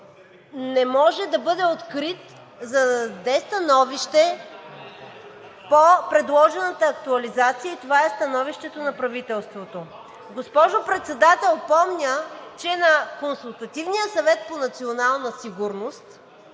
не може да бъде открит, за да даде становище по предложената актуализация и това е становището на правителството. Госпожо Председател, помня, че на Консултативния съвет по национална сигурност,